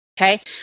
Okay